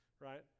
right